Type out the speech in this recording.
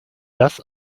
das